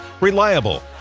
reliable